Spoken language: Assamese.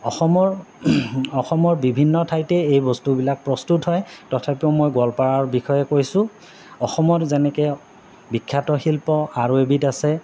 অসমৰ অসমৰ বিভিন্ন ঠাইতেই এই বস্তুবিলাক প্ৰস্তুত হয় তথাপিও মই গোৱালপাৰাৰ বিষয়ে কৈছোঁ অসমত যেনেকে বিখ্যাতশিল্প আৰু এবিধ আছে